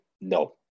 No